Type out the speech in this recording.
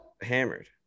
hammered